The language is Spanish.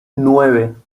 nueve